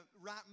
right